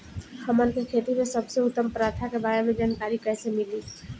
हमन के खेती में सबसे उत्तम प्रथा के बारे में जानकारी कैसे मिली?